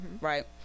right